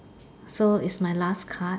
so it's my last card